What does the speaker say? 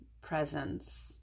presence